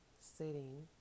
sitting